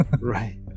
Right